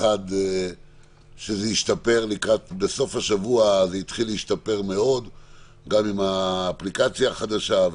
זה השתפר לקראת סוף השבוע גם בזכות האפליקציה.